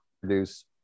produce